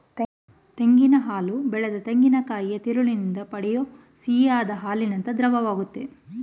ತೆಂಗಿನ ಹಾಲು ಬೆಳೆದ ತೆಂಗಿನಕಾಯಿಯ ತಿರುಳಿನಿಂದ ಪಡೆಯೋ ಸಿಹಿಯಾದ್ ಹಾಲಿನಂಥ ದ್ರವವಾಗಯ್ತೆ